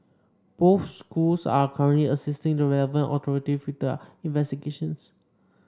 both schools are currently assisting the relevant authority with their investigations